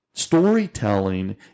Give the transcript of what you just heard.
storytelling